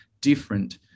different